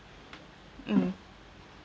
mm